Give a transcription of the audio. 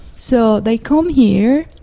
so they come here,